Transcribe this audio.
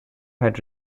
had